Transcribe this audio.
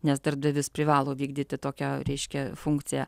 nes darbdavys privalo vykdyti tokią reiškia funkciją